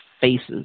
faces